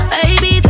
Baby